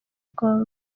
congo